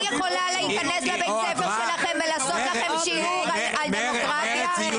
אני יכולה להיכנס לבית ספר שלכם ולעשות לכם שיעור על דמוקרטיה?